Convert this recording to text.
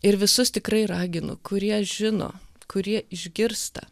ir visus tikrai raginu kurie žino kurie išgirsta